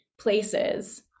places